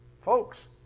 folks